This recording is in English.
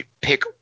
pick